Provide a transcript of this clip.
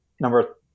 Number